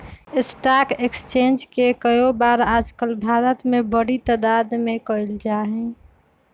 stock exchange के काएओवार आजकल भारत में बडी तादात में कइल जा हई